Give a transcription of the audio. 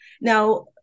Now